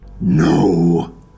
No